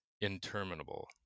interminable